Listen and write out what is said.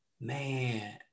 man